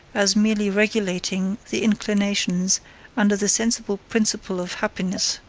as merely regulating the inclinations under the sensible principle of happiness,